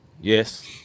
Yes